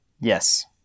yes